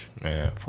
Man